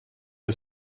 der